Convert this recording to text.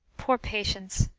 poor patience!